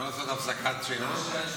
אפשר לעשות הפסקת שינה?